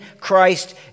Christ